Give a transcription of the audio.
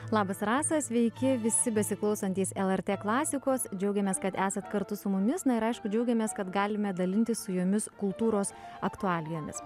labas rasą sveiki visi besiklausantys lrt klasikos džiaugiamės kad esat kartu su mumis na ir aišku džiaugiamės kad galime dalintis su jumis kultūros aktualijomis